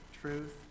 truth